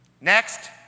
Next